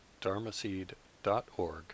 dharmaseed.org